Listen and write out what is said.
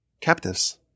captives